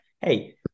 Hey